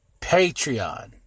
Patreon